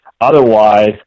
Otherwise